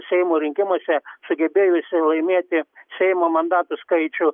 seimo rinkimuose sugebėjusi laimėti seimo mandatų skaičių